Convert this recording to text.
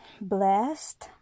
Blessed